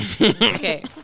okay